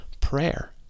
prayer